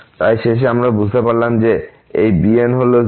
তাই শেষে আমরা বুঝতে পারলাম যে এই bn হল 0